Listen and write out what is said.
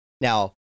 Now